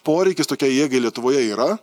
poreikis tokiai jėgai lietuvoje yra